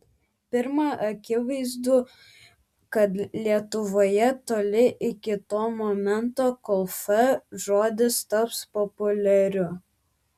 pirma akivaizdu kad lietuvoje toli iki to momento kol f žodis taps populiariu